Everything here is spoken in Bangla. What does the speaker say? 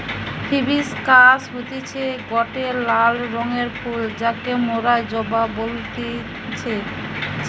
হিবিশকাস হতিছে গটে লাল রঙের ফুল যাকে মোরা জবা বলতেছি